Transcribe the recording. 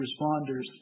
responders